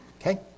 Okay